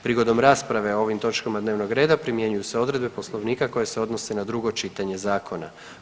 Prigodom rasprave o ovim točkama dnevnog reda primjenjuju se odredbe Poslovnika koje se odnose na drugo čitanje zakona.